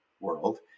world